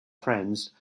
friends